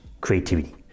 creativity